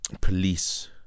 police